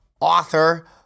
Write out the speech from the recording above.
author